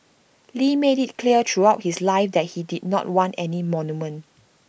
lee made IT clear throughout his life that he did not want any monument